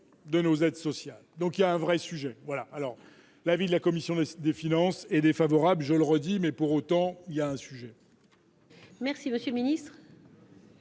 de nos aides sociales, donc il y a un vrai sujet voilà alors l'avis de la commission des finances est défavorable, je le redis, mais pour autant il y a un sujet.